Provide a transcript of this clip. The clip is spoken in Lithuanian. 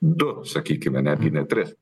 du sakykime netgi ne tris